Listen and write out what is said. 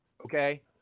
okay